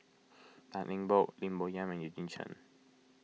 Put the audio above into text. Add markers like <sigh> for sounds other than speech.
<noise> Tan Eng Bock Lim Bo Yam and Eugene Chen